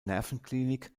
nervenklinik